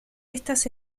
estas